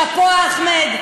שאפו, אחמד,